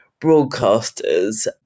broadcasters